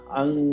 ang